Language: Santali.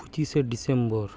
ᱯᱩᱪᱤᱥᱮ ᱰᱤᱥᱮᱢᱵᱚᱨ